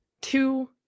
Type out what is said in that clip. two